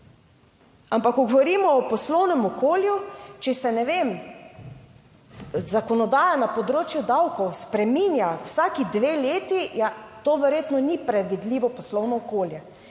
Ampak ko govorimo o poslovnem okolju, če se, ne vem, zakonodaja na področju davkov spreminja vsaki dve leti, ja, to verjetno ni predvidljivo poslovno okolje.